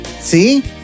See